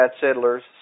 settlers